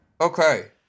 Okay